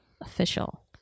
official